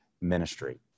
ministry